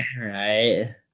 Right